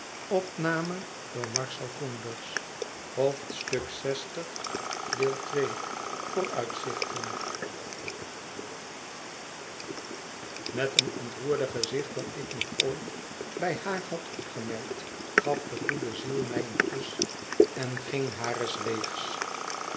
met een ontroerder gezicht dan ik nog ooit bij haar had opgemerkt gaf de goede ziel mij een kus en ging hares